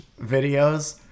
videos